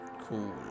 Cool